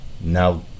now